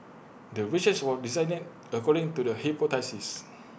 the research was designed according to the hypothesis